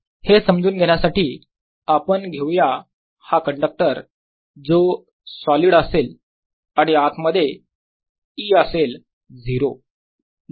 हे समजून घेण्यासाठी आपण घेऊया हा कंडक्टर जो सॉलिड असेल आणि आत मध्ये E असेल 0